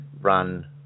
run